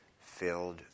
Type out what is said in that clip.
filled